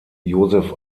josef